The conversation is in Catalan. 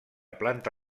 planta